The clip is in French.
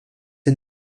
est